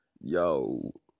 yo